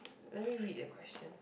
let me read the questions